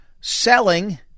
selling